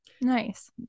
Nice